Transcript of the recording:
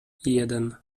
jeden